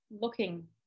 looking